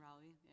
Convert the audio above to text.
rally